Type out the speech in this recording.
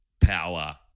Power